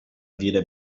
dire